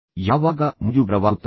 ನಿಮಗೆ ಯಾವಾಗ ಮುಜುಗರವಾಗುತ್ತದೆ